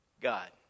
God